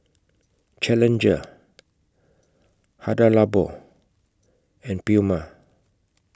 Challenger Hada Labo and Puma